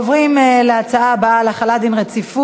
אני עוברת להצבעה הבאה, החלת דין רציפות